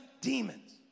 demons